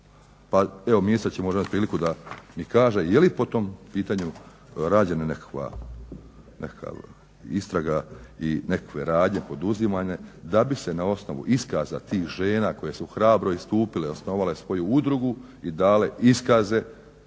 Pa ministar će imati priliku da mi kaže jeli po tom pitanju rađena nekakva istraga i nekakve radnje poduzimane da bi se na osnovu iskaza tih žena koje su hrabro istupile i osnovale svoju udrugu i dale iskaze,